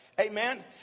Amen